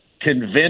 convince